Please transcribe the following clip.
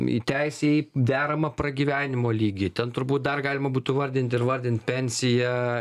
į teisę į deramą pragyvenimo lygį ten turbūt dar galima būtų vardint ir vardint pensija